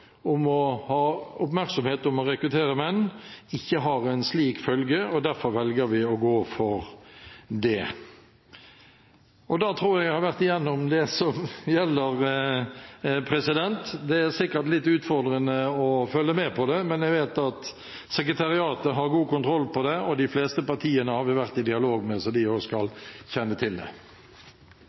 om å ha oppmerksomhet på å rekruttere menn har ikke en slik følge. Derfor velger vi å gå inn for det. Da tror jeg at jeg har vært igjennom det som gjelder. Det er sikkert litt utfordrende å følge med på det, men jeg vet at sekretariatet har god kontroll på dette. De fleste partiene har vi vært i dialog med, så de skal også kjenne til det.